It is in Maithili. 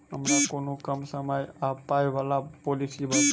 हमरा कोनो कम समय आ पाई वला पोलिसी बताई?